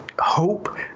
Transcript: hope